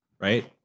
right